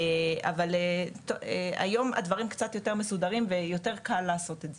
אבל היום הדברים קצת יותר מסודרים ויותר קל לנו לעשות את זה,